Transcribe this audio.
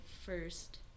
first